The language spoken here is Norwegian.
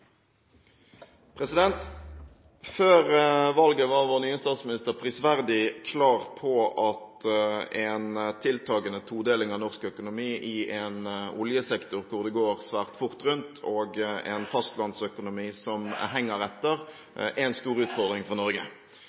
Før valget var vår nye statsminister prisverdig klar på at en tiltagende todeling av norsk økonomi i en oljesektor hvor det går svært fort rundt, og en fastlandsøkonomi som henger etter, er en stor utfordring for Norge.